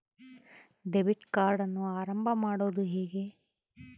Debit ಕಾರ್ಡನ್ನು ಆರಂಭ ಮಾಡೋದು ಹೇಗೆ?